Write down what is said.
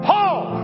Paul